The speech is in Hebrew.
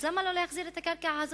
אז למה לא להחזיר את הקרקע הזאת,